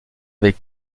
avec